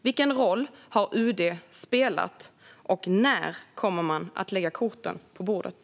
Vilken roll har UD spelat, och när kommer man att lägga korten på bordet?